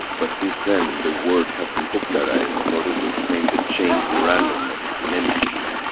but, since then, the word has been popularized in order to explain the change in randomness in any system.